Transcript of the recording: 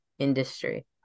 industry